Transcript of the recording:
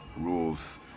rules